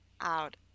out